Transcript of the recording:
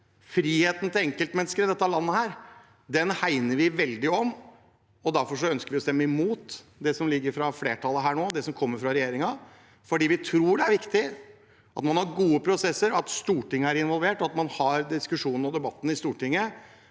friheten til enkeltmennesker i dette landet, for den hegner vi veldig om. Derfor ønsker vi å stemme imot det som ligger fra flertallet, det som kommer fra regjeringen, for vi tror det er viktig at man har gode prosesser, at Stortinget er involvert, at man har diskusjonen og debatten i Stortinget,